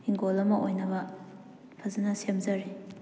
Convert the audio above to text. ꯍꯤꯡꯒꯣꯜ ꯑꯃ ꯑꯣꯏꯅꯕ ꯐꯖꯅ ꯁꯦꯝꯖꯔꯤ